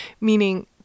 meaning